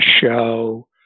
show